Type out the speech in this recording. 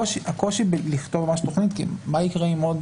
הקושי הוא לפתור מה שיש בתכנית כי מה יקרה אם עוד